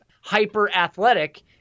hyper-athletic